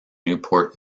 newport